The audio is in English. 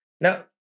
Now